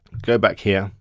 go back here,